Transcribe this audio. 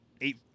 eight